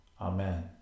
Amen